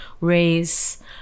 race